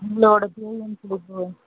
உங்களோட